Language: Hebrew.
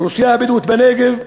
האוכלוסייה הבדואית בנגב,